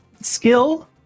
skill